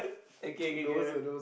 okay okay can right